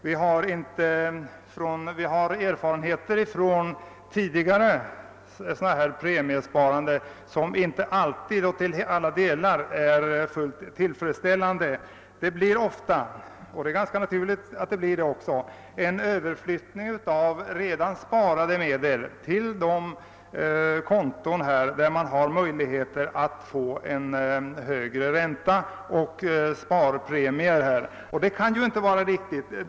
Det beror på att våra tidigare erfarenheter från premiesparande inte till alla delar varit fullt tillfredsställande. Det blir ofta — vilket är ganska naturligt — en överflyttning av redan sparade medel till sådana konton där man har möjlighet att få en högre ränta liksom även sparpremier. Det kan inte vara riktigt.